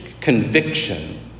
conviction